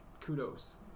kudos